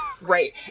Right